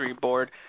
Board